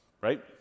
right